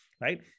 right